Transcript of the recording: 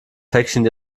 päckchen